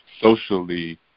socially